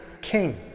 King